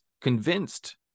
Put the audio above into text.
convinced